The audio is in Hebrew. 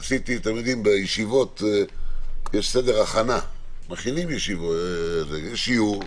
בישיבות יש סדר הכנה, מכינים שיעור,